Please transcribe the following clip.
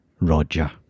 Roger